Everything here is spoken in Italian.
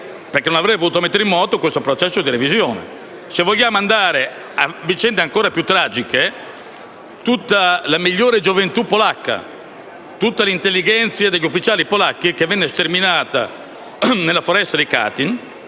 perché non avrebbe potuto mettere in moto il processo di revisione. Se vogliamo parlare di vicende ancora più tragiche, tutta la migliore gioventù polacca, tutta l'intellighenzia degli ufficiali polacchi venne sterminata nella foresta di Katyn